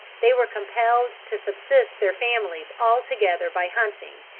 they were compelled to subsist their families altogether by hunting,